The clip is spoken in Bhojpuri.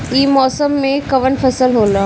ई मौसम में कवन फसल होला?